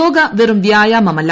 യോഗ വെറും വ്യായാമമല്ല